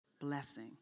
blessing